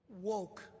woke